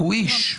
הוא איש.